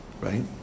Right